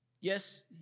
Yes